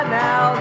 now